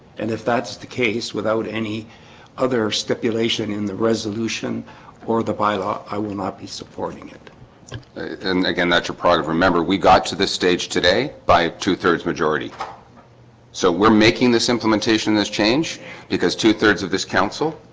and if that's the case without any other stipulation in the resolution or the bylaw i will not be supporting it and again that you're part of remember, we got to this stage today by a two-thirds majority so we're making this implementation this change because two-thirds of this council